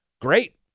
great